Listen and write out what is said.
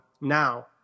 Now